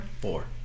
Four